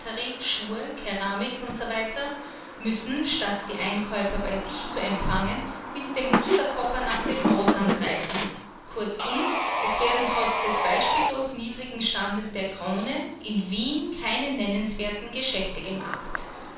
schuhe keramik und so weiter müssen statt die einkäufer bei sich zu empfangen mit dem musterkoffer nach dem ausland reisen kurzum es werden trotz des beispiellos niedrigen standes der krone in wien keine nennenswerten geschäfte gemacht